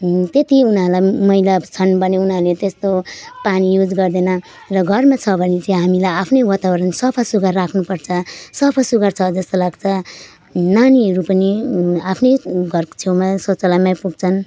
त्यति उनीहरूलाई मैला छन् भने उनीहरूले त्यस्तो पानी युज गर्दैन र घरमा छ भने चाहिँ हामीलाई आफ्नै वातावरण सफा सुग्घर राख्नुपर्छ सफा सुग्घर छ जस्तो लाग्छ नानीहरू पनि आफ्नै घरको छेउमा शौचालयमै पुग्छन्